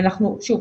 שוב,